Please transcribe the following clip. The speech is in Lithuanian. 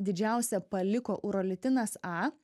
didžiausią paliko urolitinas a